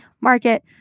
market